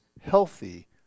healthy